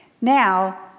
now